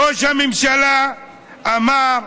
ראש הממשלה אמר,